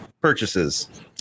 Purchases